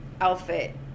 outfit